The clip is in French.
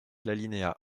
l’alinéa